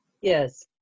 Yes